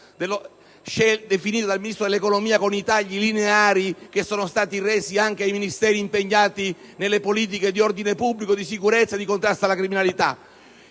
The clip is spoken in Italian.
definite dal Ministro dell'economia con i tagli lineari, resi anche ai Ministeri impegnati nelle politiche di ordine pubblico, di sicurezza e contrasto alla criminalità.